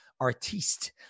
artiste